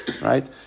right